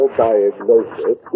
diagnosis